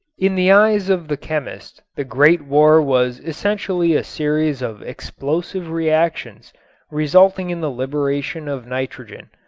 in the eyes of the chemist the great war was essentially a series of explosive reactions resulting in the liberation of nitrogen.